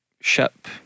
ship